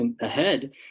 ahead